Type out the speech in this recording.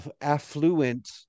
affluent